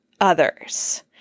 others